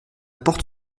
porte